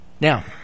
Now